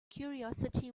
curiosity